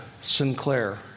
sinclair